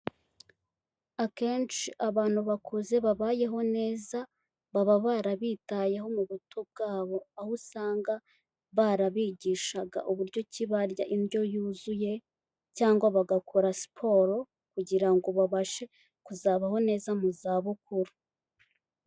Akenshi abantu bakuze babayeho neza, baba barabitayeho mu buto bwabo, aho usanga barabigishaga uburyo ki barya indyo yuzuye cyangwa bagakora siporo kugira ngo babashe kuzabaho neza mu zabukuru.